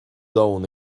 donn